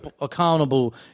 accountable